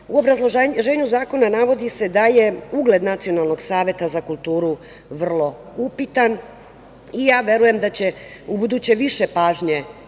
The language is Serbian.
obrazloženju Zakona navodi se da je ugled Nacionalnog saveta za kulturu vrlo upitan i ja verujem da će ubuduće više pažnje